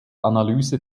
analyse